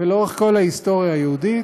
ולאורך כל ההיסטוריה היהודית.